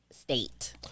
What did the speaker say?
state